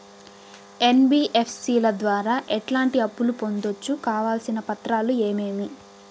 NBFC ల ద్వారా ఎట్లాంటి అప్పులు పొందొచ్చు? కావాల్సిన పత్రాలు ఏమేమి?